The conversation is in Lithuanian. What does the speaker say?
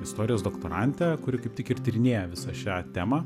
istorijos doktorantę kuri kaip tik ir tyrinėja visą šią temą